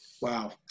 wow